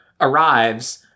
arrives